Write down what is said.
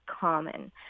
common